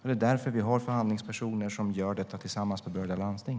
Det är därför vi har förhandlingspersoner som gör detta tillsammans med berörda landsting.